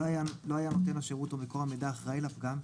לא היה נותן השירות או מקור המידע אחראי לפגם,